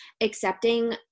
accepting